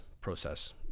process